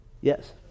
yes